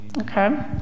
Okay